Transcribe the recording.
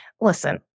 Listen